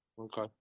Okay